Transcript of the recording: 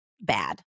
bad